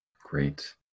Great